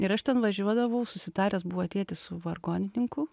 ir aš ten važiuodavau susitaręs buvo tėtis su vargonininku